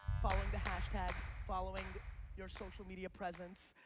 following the hashtags, following your social media presence